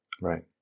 Right